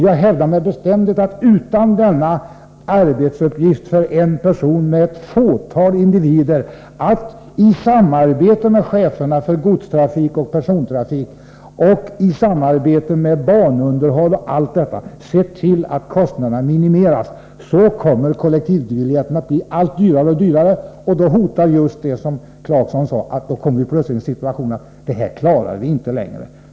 Jag hävdar med bestämdhet att kollektivtrafikbiljetten kommer att bli allt dyrare om man inte på en person — tillsammans med ett fåtal andra — överlåter arbetsuppgiften att i samarbete med cheferna för godstrafik, persontrafik, banunderhåll osv. se till att kostnaderna minimeras. Annars hotas vi av just det som Rolf Clarkson nämnde, nämligen att hamna i den situationen att vi inte längre klarar av det hela.